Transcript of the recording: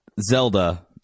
Zelda